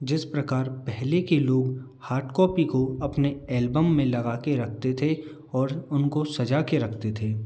जिस प्रकार पहले के लोग हार्ड कॉपी को अपने एल्बम में लगा कर रखते थे और उनको सजा कर रखते थे